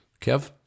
Kev